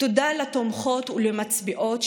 תודה לתומכות ולמצביעות,